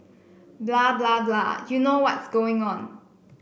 blah blah blah you know what's going on